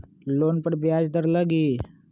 Loan पर ब्याज दर लगी?